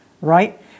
right